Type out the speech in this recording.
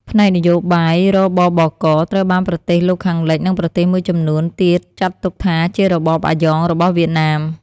ផ្នែកនយោបាយ: រ.ប.ប.ក. ត្រូវបានប្រទេសលោកខាងលិច និងប្រទេសមួយចំនួនទៀតចាត់ទុកថាជារបបអាយ៉ងរបស់វៀតណាម ។